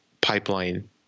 pipeline